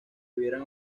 hubieran